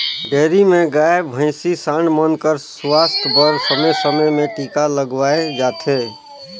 dairy में गाय, भइसी, सांड मन कर सुवास्थ बर समे समे में टीका लगवाए जाथे